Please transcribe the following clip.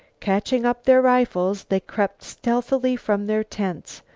catching up their rifles they crept stealthily from their tents.